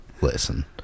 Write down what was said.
Listen